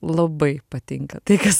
labai patinka tai kas